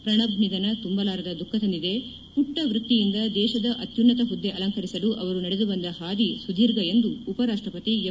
ಪ್ರಣಬ್ ನಿಧನ ತುಂಬಲಾರದ ದುಖ ತಂದಿದೆ ಪುಟ್ವ ವೃತ್ತಿಯಿಂದ ದೇಶದ ಅತ್ಯುನ್ತತ ಹುದ್ದೆ ಅಲಂಕರಿಸಲು ಅವರು ನಡೆದುಬಂದ ಹಾದಿ ಸುದೀರ್ಘ ಎಂದು ಉಪರಾಷ್ಟ್ರಪತಿ ಎಂ